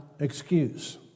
excuse